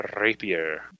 rapier